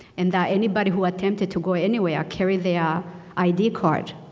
and that anybody who attempted to go anywhere carry their id card.